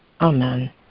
Amen